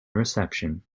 reception